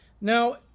Now